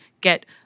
get